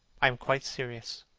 i am quite serious.